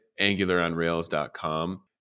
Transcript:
angularonrails.com